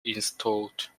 installed